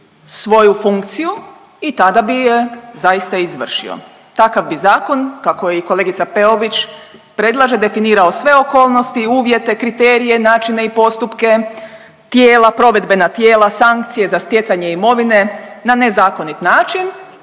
svoju funkciju i tada bi je zaista i izvršio. Takav bi zakon, kako i kolegica Peović predlože, definirao sve okolnosti i uvjete, kriterije, načine i postupke, tijela, provedbena tijela, sankcije za stjecanje imovine na nezakonit način